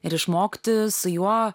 ir išmokti su juo